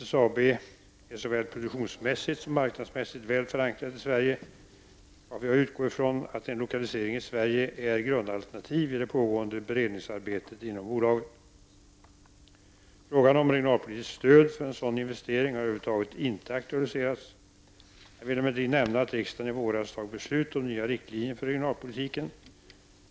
SSAB är såväl produktionsmässigt som marknadsmässigt väl förankrat i Sverige, varför jag utgår från att en lokalisering i Sverige är grundalternativ i det pågående beredningsarbetet inom bolaget. Frågan om regionalpolitiskt stöd för en sådan investering har över huvud taget inte aktualiserats. Jag vill emellertid nämna att riksdagen i våras fattat beslut om nya riktlinjer för regionalpolitiken.